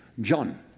John